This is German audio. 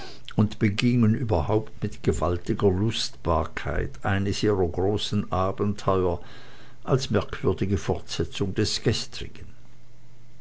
und begingen überhaupt mit gewaltiger lustbarkeit eines ihrer großen abenteuer als merkwürdige fortsetzung des gestrigen